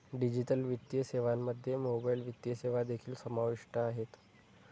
digital वित्तीय सेवांमध्ये mobile वित्तीय सेवा देखील समाविष्ट आहेत